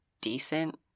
decent